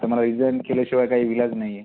तर मला रिजाईन केल्याशिवाय काही इलाज नाही आहे